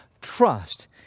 trust